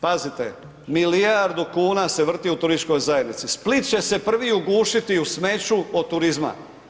Pazite, milijardu kuna se vrti u turističkoj zajednici, Split će se prvi ugušiti u smeću od turizma.